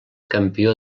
campió